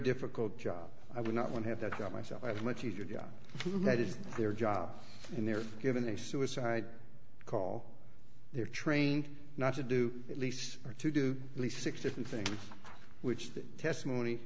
difficult job i would not want to have that i myself as much as you know that is their job and they're given a suicide call they're trained not to do at least to do at least six different things which the testimony